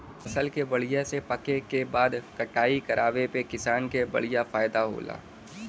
फसल बढ़िया से पके क बाद कटाई कराये पे किसान क बढ़िया फयदा होला